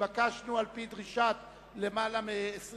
שיהיה לה רוב והשני שהרוב יהיה לפחות של 50 חברי